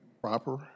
proper